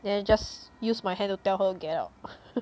then I just use my hand to tell her get out